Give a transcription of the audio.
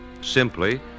simply